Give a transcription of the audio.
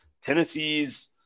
Tennessee's